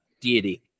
deity